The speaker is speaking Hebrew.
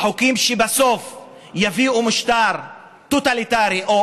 בחוקים שבסוף יביאו משטר טוטליטרי או